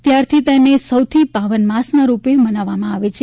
ત્યારથી તેને સૌથી પાવન માસના રૂપે મનાવવામાં આવે છે